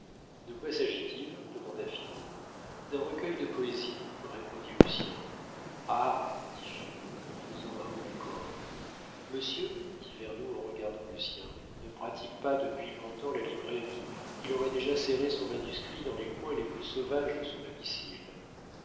de quoi s'agit-il demanda finot d'un recueil de poésies répondit lucien ah dit finot en faisant un haut-le-corps monsieur dit vernou en regardant lucien ne pratique pas depuis longtemps la librairie il aurait déjà serré son manuscrit dans les coins les plus sauvages de son domicile